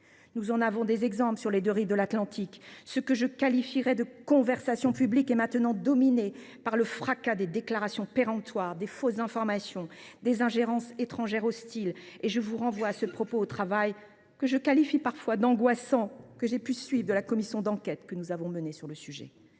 Nous en avons des exemples sur les deux rives de l’Atlantique. Ce que je qualifierais de conversation publique est maintenant dominé par le fracas des déclarations péremptoires, des fausses informations, des ingérences étrangères hostiles. Je vous renvoie à ce propos au travail – parfois angoissant – de la commission d’enquête que nous avons menée sur le sujet.